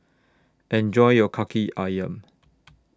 Enjoy your Kaki Ayam